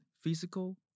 physical